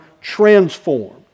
transform